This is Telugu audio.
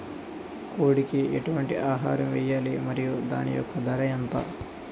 కోడి కి ఎటువంటి ఆహారం వేయాలి? మరియు దాని యెక్క ధర ఎంత?